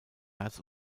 herz